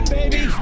baby